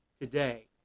today